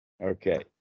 okay